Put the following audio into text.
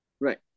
Right